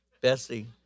Bessie